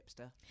hipster